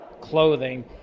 clothing